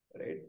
right